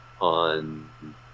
on